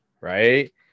right